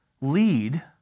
lead